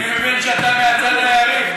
אני מבין שאתה מהצד היריב.